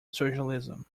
socialism